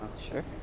Sure